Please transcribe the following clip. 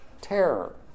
terror